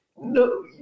no